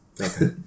Okay